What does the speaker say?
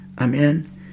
Amen